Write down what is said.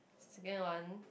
second one